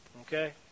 Okay